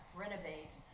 renovate